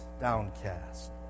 downcast